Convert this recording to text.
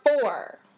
four